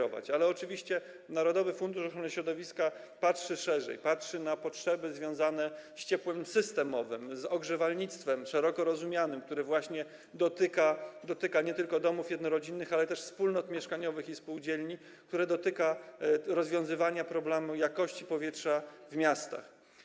Oczywiście narodowy fundusz ochrony środowiska patrzy szerzej, patrzy na potrzeby związane z ciepłem systemowym, z ogrzewalnictwem szeroko rozumianym, które właśnie dotyczy nie tylko domów jednorodzinnych, ale też wspólnot mieszkaniowych i spółdzielni, które wiąże się z rozwiązywaniem problemu jakości powietrza w miastach.